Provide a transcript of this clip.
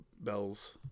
bells